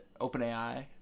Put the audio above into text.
OpenAI